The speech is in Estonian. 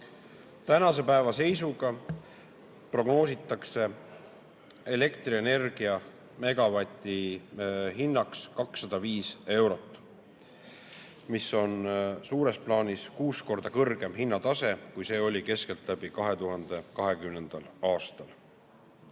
Tänase päeva seisuga prognoositakse elektrienergia megavati hinnaks 205 eurot, mis on suures plaanis kuus korda kõrgem hinnatase, kui see oli 2020. aastal